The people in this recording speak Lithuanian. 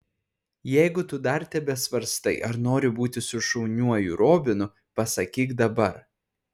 jeigu tu dar tebesvarstai ar nori būti su šauniuoju robinu pasakyk dabar